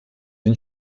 den